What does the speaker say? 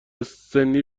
سنی